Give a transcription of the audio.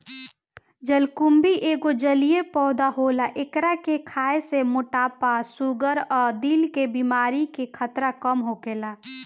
जलकुम्भी एगो जलीय पौधा होला एकरा के खाए से मोटापा, शुगर आ दिल के बेमारी के खतरा कम होखेला